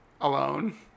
alone